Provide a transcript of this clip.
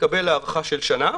יקבל הארכה של שנה.